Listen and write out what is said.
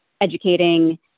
educating